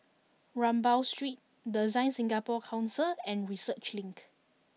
Rambau Street Design Singapore Council and Research Link